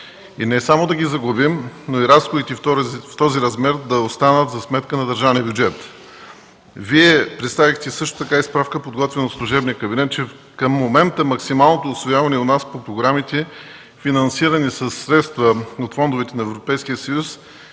Не само да ги загубим, но и разходите в този размер да останат за сметка на държавния бюджет. Вие представихте и справка, подготвена от служебния кабинет, че към момента максималното усвояване у нас по програмите, финансирани със средства от фондовете на Европейския съюз,